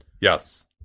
Yes